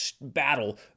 battle